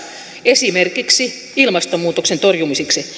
esimerkiksi ilmastonmuutoksen torjumiseksi